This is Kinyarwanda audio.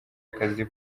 akazi